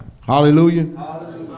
Hallelujah